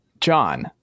John